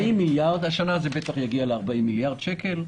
השנה זה בטח יגיע ל-40 מיליארד שקל.